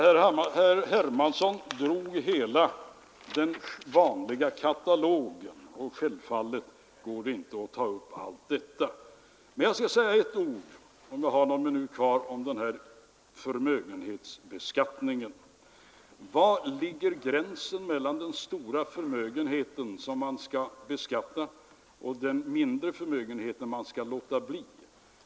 Herr Hermansson drog sedan hela den vanliga katalogen, och jag kan självfallet inte ta upp allt. Men om jag har någon minut kvar av min tillmätta tid, så vill jag säga några ord om förmögenhetsbeskattningen. Var går gränsen mellan den stora förmögenheten, som skall beskattas, och den mindre förmögenheten som inte skall beskattas?